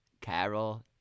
Carol